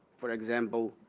for example,